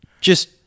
just-